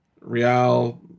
Real